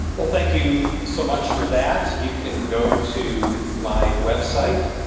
well, thank you so much for that. you can go to my website,